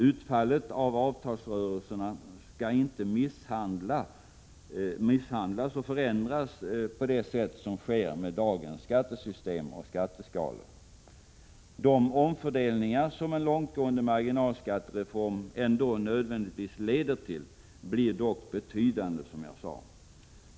Utfallet av avtalsrörelserna skall inte misshandlas och förändras på det sätt som sker med dagens skattesystem och skatteskalor. De omfördelningar som en långtgående marginalskattereform ändå nödvändigtvis leder till blir dock betydande, som jag sade.